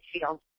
field